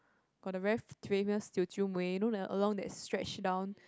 got the very famous Teochew mui you know the along that stretch down